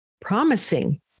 promising